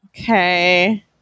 Okay